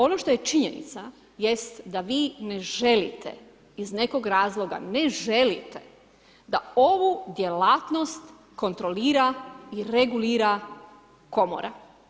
Ono što je činjenica jest da vi ne želite iz nekog razloga ne želite da ovu djelatnost kontrolira i regulira komora.